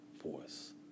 force